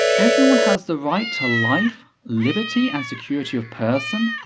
everyone has the right to life, liberty and security of person,